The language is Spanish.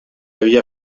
había